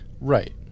right